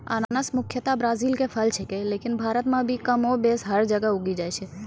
अनानस मुख्यतया ब्राजील के फल छेकै लेकिन भारत मॅ भी कमोबेश हर जगह उगी जाय छै